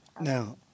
Now